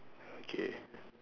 okay